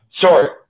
Sorry